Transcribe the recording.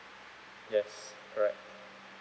yes correct